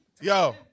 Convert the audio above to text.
Yo